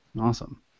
awesome